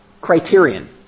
criterion